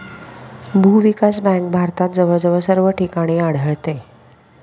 भूविकास बँक भारतात जवळजवळ सर्व ठिकाणी आढळते